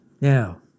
Now